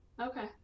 okay